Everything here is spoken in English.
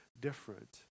different